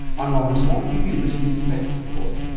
i'm norman swan, you've been listening to the health report,